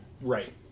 Right